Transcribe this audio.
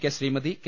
K Sreemathi K